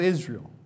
Israel